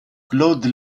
claude